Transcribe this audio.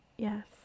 Yes